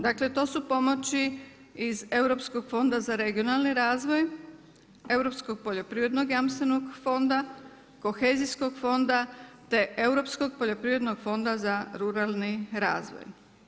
Dakle, to su pomoći iz Europskog fonda za regionalni razvoj, Europskog poljoprivrednog jamstvenog fonda, kohezijskog fonda, te Europskog poljoprivrednog fonda za ruralni razvoj.